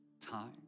time